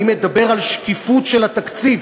אני מדבר על שקיפות של התקציב.